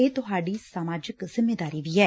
ਇਹ ਤੁਹਾਡੀ ਸਮਾਜਿਕ ਜਿੰਮੇਵਾਰੀ ਵੀ ਏ